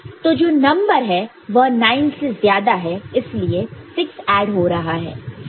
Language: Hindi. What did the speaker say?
तो जो नंबर है वह 9 से ज्यादा है इसलिए 6 ऐड हो रहा है